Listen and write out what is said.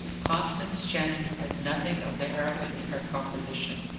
constance channing had nothing of the heroine in her composition.